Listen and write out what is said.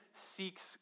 seeks